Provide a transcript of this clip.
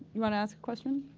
you want to ask a question?